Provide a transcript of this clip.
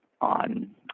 on